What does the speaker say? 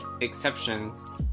exceptions